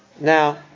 Now